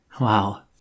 Wow